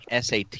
SAT